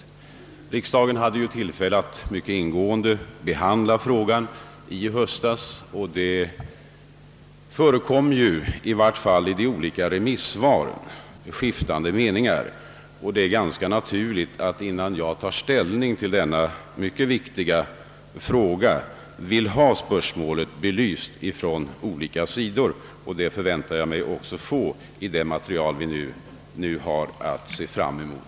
Riksdagen hade ju i höstas tillfälle att mycket ingående behandla frågan, och det förekom i vart fall i olika remissvar skiftande meningar. Det är därför ganska naturligt att jag, innan jag tar ställning till denna mycket viktiga fråga, vill ha spörsmålet belyst från olika sidor. Det förväntar jag mig också få i det material vi nu har att se fram emot.